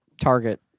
Target